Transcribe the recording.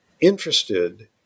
interested